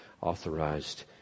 authorized